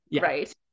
Right